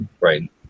Right